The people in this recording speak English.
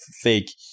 fake